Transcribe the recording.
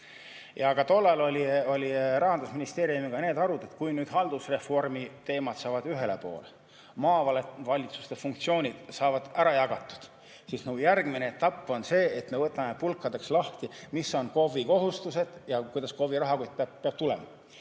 Ka tol ajal olid Rahandusministeeriumiga arutelud, et kui haldusreformi teemad saavad ühele poole, maavalitsuste funktsioonid saavad ära jagatud, siis järgmine etapp on see, et me võtame pulkadeks lahti, mis on KOV‑i kohustused ja kuidas KOV‑i raha peab tulema.